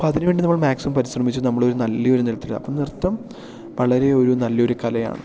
അപ്പോൾ അതിന് വേണ്ടി നമ്മൾ മാക്സിമം പരിശ്രമിച്ച് നമ്മളൊരു നല്ലൊരു നൃത്ത്രാ അപ്പം നൃത്തം വളരെ ഒരു നല്ലൊരു കലയാണ്